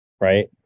Right